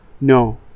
No